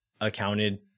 accounted